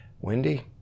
Wendy